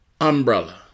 umbrella